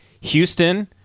Houston